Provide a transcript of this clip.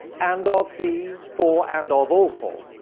and of the for and although for.